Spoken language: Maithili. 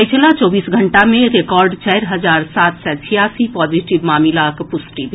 पछिला चौबीस घंटा मे रिकॉर्ड चारि हजार सात सय छियासी पॉजिटिव मामिलाक पुष्टि भेल